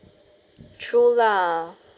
true lah